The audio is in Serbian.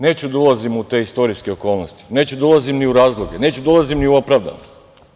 Neću da ulazim u te istorijske okolnosti, neću da ulazim ni u razloge, neću da ulazim ni u opravdanost.